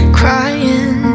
crying